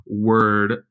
word